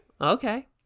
Okay